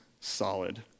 solid